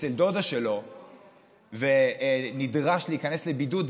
אצל דודה שלו ונדרש להיכנס לבידוד,